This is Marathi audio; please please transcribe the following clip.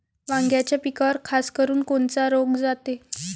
वांग्याच्या पिकावर खासकरुन कोनचा रोग जाते?